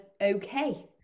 okay